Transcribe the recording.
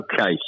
Okay